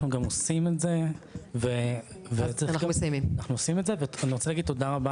אנחנו גם עושים את זה ואני רוצה להגיד תודה רבה